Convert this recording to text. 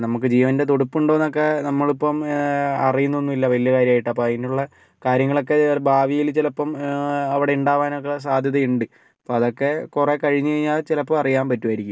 നമുക്ക് ജീവൻ്റെ തുടിപ്പുണ്ടോ എന്നൊക്കെ നമ്മളിപ്പം അറിയുന്നൊന്നും ഇല്ല വലിയ കാര്യമായിട്ട് അപ്പം അതിനുള്ള കാര്യങ്ങളൊക്കെ ഭാവിയിൽ ചിലപ്പം അവിടെ ഉണ്ടാകാനൊക്കെ സാദ്ധ്യത ഉണ്ട് അപ്പം അതൊക്കെ കുറെ കഴിഞ്ഞ് കഴിഞ്ഞാൽ ചിലപ്പോൾ അറിയാൻ പറ്റുമായിരിക്കും